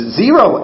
zero